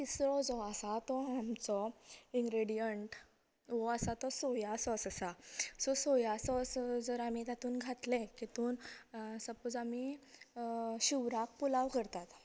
तिसरो जो आसा तो आमचो इनग्रीडियंट वॉ आसा तो सोया सॉस आसा सो सोया सॉस जर आमी तातून घातले तितूंत सपोज आमी शिवराक पुलाव करतात